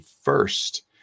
first